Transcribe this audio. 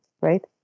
right